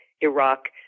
Iraq